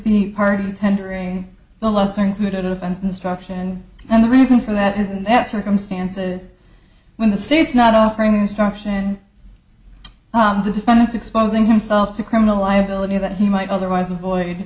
the part of the tendering the lesser included offense instruction and the reason for that is in that circumstances when the state's not offering instruction and the defendant's exposing himself to criminal liability that he might otherwise avoid